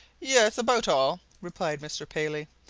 yes about all, replied mr. paley.